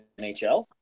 NHL